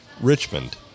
Richmond